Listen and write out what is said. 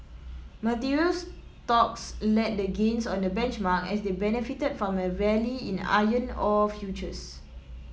materials stocks led the gains on the benchmark as they benefited from a rally in iron ore futures